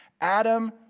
Adam